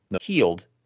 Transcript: healed